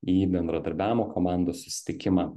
į bendradarbiavimo komandos susitikimą